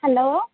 hello